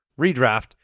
redraft